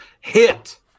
hit